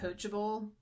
coachable